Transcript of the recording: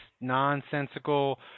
nonsensical